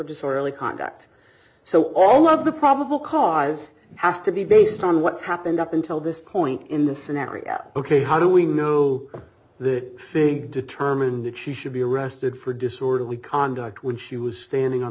disorderly conduct so all of the probable cause has to be based on what's happened up until this point in the scenario ok how do we know the big determine that she should be arrested for disorderly conduct when she was standing on